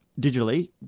digitally